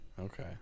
Okay